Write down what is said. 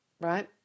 right